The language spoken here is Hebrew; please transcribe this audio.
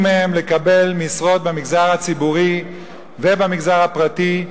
מהם לקבל משרות במגזר הציבורי ובמגזר הפרטי,